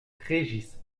régis